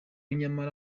nyamara